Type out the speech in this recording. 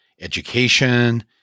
education